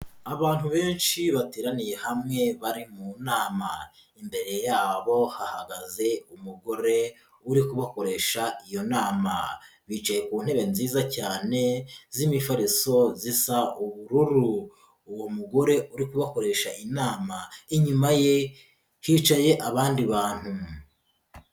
Abantu benshi bateraniye hamwe bari mu nama, imbere yabo hahagaze umugore uri kubakoresha iyo nama, bicaye ku ntebe nziza cyane z'imifariso zisa ubururu, uwo mugore uri kubakoresha inama inyuma ye, hicaye abandi bantu.